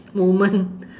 moment